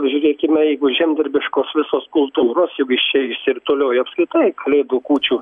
pažiūrėkime jeigu žemdirbiškos visos kultūros jeigu iš čia išsirutuliojo apskritai kalėdų kūčių